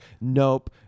Nope